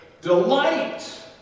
delight